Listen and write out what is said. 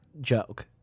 joke